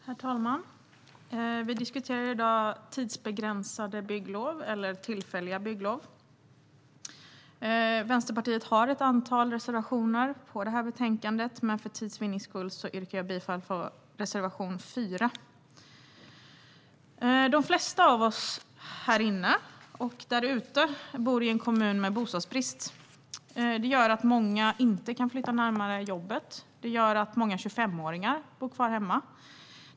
Herr talman! Vi diskuterar i dag tidsbegränsade bygglov eller tillfälliga bygglov. Vänsterpartiet har ett antal reservationer i det här betänkandet, men för tids vinnande yrkar jag bifall bara till reservation 4. De flesta av oss härinne och därute bor i en kommun med bostadsbrist. Det gör att många inte kan flytta närmare jobbet. Det gör att många 25åringar fortfarande bor hemma.